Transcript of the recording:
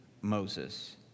Moses